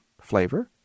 flavor